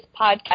podcast